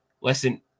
Listen